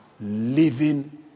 living